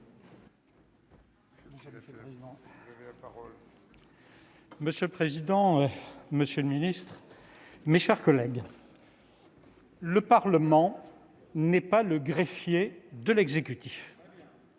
Monsieur le président, monsieur le ministre, mes chers collègues, le Parlement n'est pas le greffier de l'exécutif.